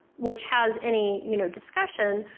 which has any you know discussion.